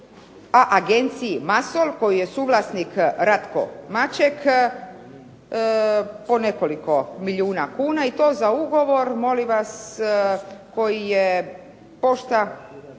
a Agenciji "Masol" koji je suvlasnik Ratko Maček po nekoliko milijuna kuna i to za ugovor molim vas koji je pošta